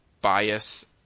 Bias